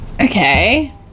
Okay